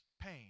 pain